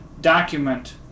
document